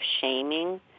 shaming